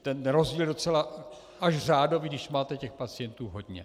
Ten rozdíl je docela až řádový, když máte těch pacientů hodně.